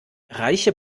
reiche